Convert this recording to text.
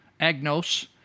Agnos